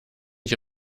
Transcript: ich